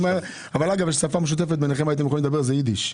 אבל אגב, הייתם יכולים לדבר ביידיש.